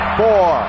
four